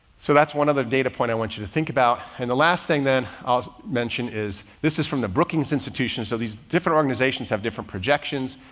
so that's one other data point i want you to think about and the last thing then i'll mention is this is from the brookings institution. so these different organizations have different projections,